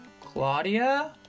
Claudia